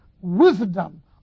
wisdom